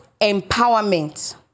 empowerment